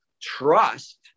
trust